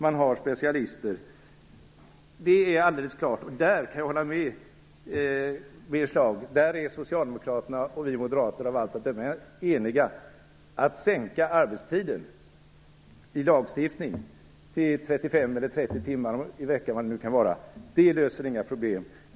Man har specialister. Jag kan hålla med Birger Schlaug om att Socialdemokraterna och vi moderater av allt att döma är eniga på den punkten. Att genom lagstiftning sänka arbetstiden till 35 eller 30 timmar i veckan löser inga problem.